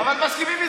אבל מסכימים איתך.